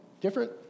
different